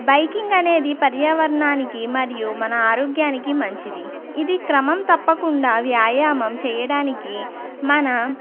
biking అనేది పర్యావరణానికి మరియు మన ఆరోగ్యానికి మంచిది ఇది క్రమం తప్పకుండా వ్యాయామం చేసియడానికి మన